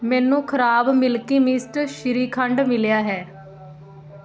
ਮੈਨੂੰ ਖ਼ਰਾਬ Milky Mist shrikhand ਮਿਲਿਆ ਹੈ